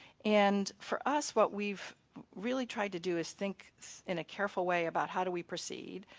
and for us, what we've really tried to do is think in a careful way about how do we proceed,